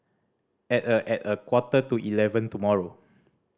at a at a quarter to eleven tomorrow